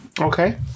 Okay